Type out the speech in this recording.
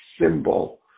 symbol